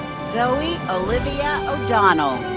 zoe olivia o'donnel.